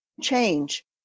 change